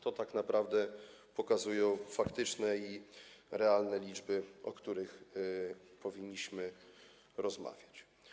To tak naprawdę pokazują faktyczne i realne liczby, o których powinniśmy rozmawiać.